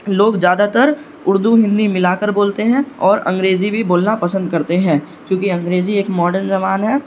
لوگ زیادہ تر اردو ہندی ملا کر بولتے ہیں اور انگریزی بھی بولنا پسند کرتے ہیں کیونکہ انگریزی ایک ماڈرن زبان ہے